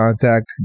contact